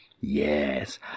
Yes